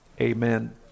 Amen